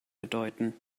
bedeuten